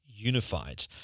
Unified